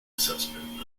assessment